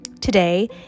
Today